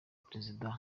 perezida